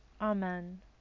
amen